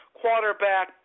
quarterback